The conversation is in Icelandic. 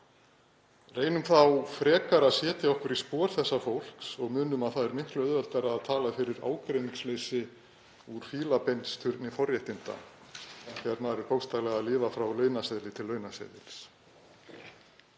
Reynum þá frekar að setja okkur í spor þessa fólks og munum að það er miklu auðveldara að tala fyrir ágreiningsleysi úr fílabeinsturni forréttinda en þegar maður er bókstaflega að lifa frá launaseðli til launaseðils.